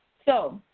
so,